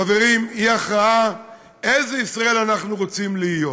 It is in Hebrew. חברים, היא הכרעה איזו ישראל אנחנו רוצים להיות: